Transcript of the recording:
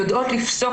יודעות לפסוק